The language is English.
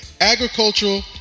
Agricultural